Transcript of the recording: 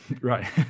right